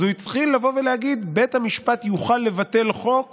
אז הוא התחיל לבוא ולהגיד: בית המשפט יוכל לבטל חוק